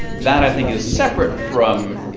that i think is separate from.